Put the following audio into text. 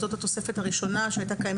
זוהי התוספת הראשונה,